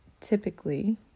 typically